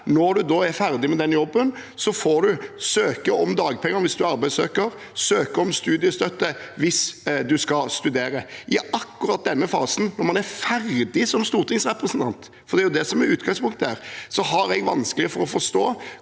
Når man er ferdig med den jobben, får man søke om dagpenger hvis man er arbeidssøker, og søke om studiestøtte hvis man skal studere. I akkurat denne fasen, når man er ferdig som stortingsrepresentant – for det er jo det som er utgangspunktet her – har jeg vanskelig for å forstå